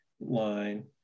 line